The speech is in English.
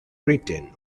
written